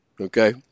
Okay